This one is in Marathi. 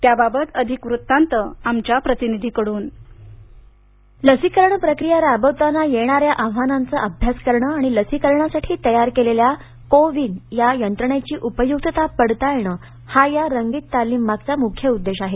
त्याबाबत अधिक वृत्तांत आमच्या प्रतिनिधीकडून रिक्रम्ट लसीकरण प्रक्रिया राबक्ताना येणाऱ्या आव्हानांचा अभ्यास करण आणि लसीकरणासाठी तयार केलेल्या को विन या यंत्रणेची उपयुक्तता पडताळण हा या रंगीत तालमीमागचा मुख्य उद्देश आहे